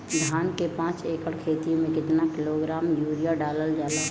धान के पाँच एकड़ खेती में केतना किलोग्राम यूरिया डालल जाला?